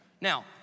Now